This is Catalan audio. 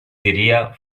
diria